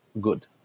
good